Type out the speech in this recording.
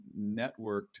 networked